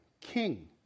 king